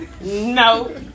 no